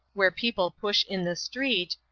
where people push in the street,